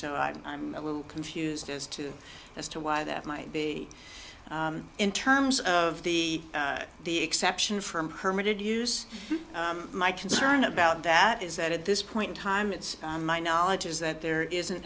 so i'm i'm a little confused as to as to why that might be in terms of the the exception from herman did use my concern about that is that at this point in time it's my knowledge is that there isn't